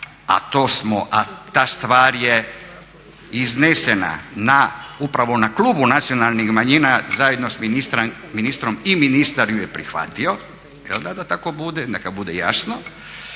a ta stvar je iznesena upravo na Klubu nacionalnih manjina zajedno s ministrom i ministar ju je prihvatio, jel da da tako bude, neka bude jasno.